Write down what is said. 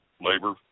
labor